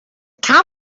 camel